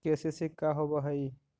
KCC का होव हइ?